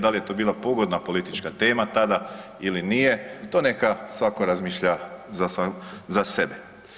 Da li je to bila pogodna politička tema tada ili nije, to neka svako razmišlja za sebe.